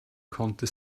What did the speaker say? konnte